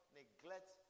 neglect